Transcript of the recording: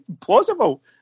plausible